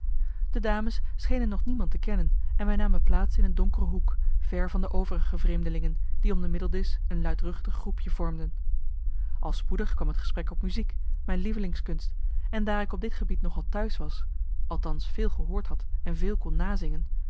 de dames schenen nog niemand te kennen en wij namen plaats in een donkere hoek ver van de overige vreemdelingen die om de middeldisch een luidruchtig groepje vormden al spoedig kwam het gesprek op muziek mijn lievelingskunst en daar ik op dit gebied nog al t'huis was altans veel gehoord had en veel kon nazingen